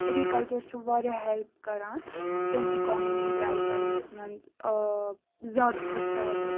agriculture چھُ واریاہ help کران سٲنۍ اِکونمی ڈرٛایو کرںَس منٛز مطلب زیادٕ کھۄتہٕ زیادٕ